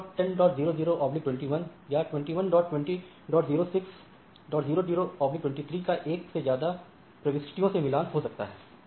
201100021 21200600 23 का एक से ज्यादा प्रविष्टियों से मिलान हो सकता है